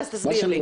אז תסביר לי.